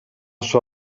sua